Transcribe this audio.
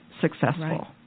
successful